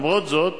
למרות זאת,